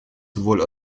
sowohl